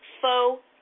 faux